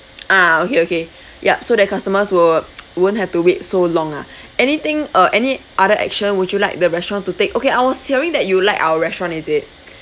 ah okay okay yup so that customers will won't have to wait so long ah anything uh any other action would you like the restaurant to take okay I was hearing that you like our restaurant is it